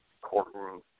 courtroom